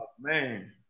man